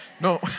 No